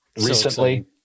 recently